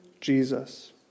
Jesus